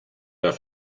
der